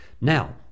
Now